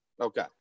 Okay